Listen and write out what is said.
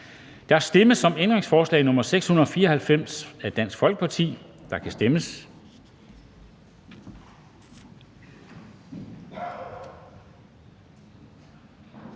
Der stemmes om ændringsforslag nr. 616 af NB, og der kan stemmes.